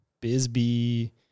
Bisbee